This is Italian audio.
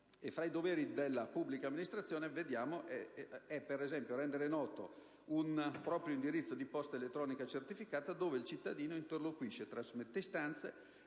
Fra i doveri della pubblica amministrazione vi è, per esempio, il rendere noto un proprio indirizzo di posta elettronica certificata dove il cittadino interloquisce, trasmette istanze